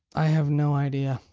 i have no idea.